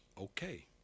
Okay